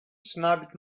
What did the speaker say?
snagged